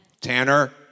Tanner